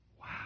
Wow